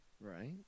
Right